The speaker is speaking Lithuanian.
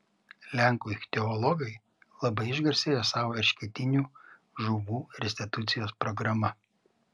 lenkų ichtiologai labai išgarsėjo savo eršketinių žuvų restitucijos programa